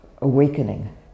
awakening